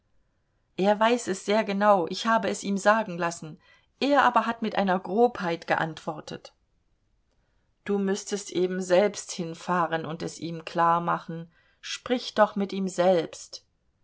er weiß es sehr genau ich habe es ihm sagen lassen er aber hat mit einer grobheit geantwortet du müßtest eben selbst hinfahren und es ihm klarmachen sprich doch mit ihm selbst